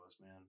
man